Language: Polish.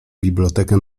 bibliotekę